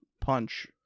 punch